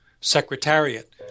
secretariat